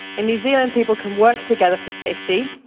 in new zealand, people can work together for safety,